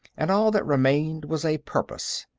and all that remained was a purpose.